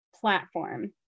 platform